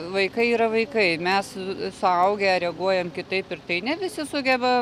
vaikai yra vaikai mes suaugę reaguojam kitaip ir tai ne visi sugeba